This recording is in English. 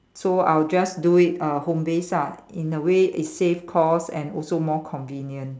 so I'll just do it uh home based ah in a way it save cost and also more convenient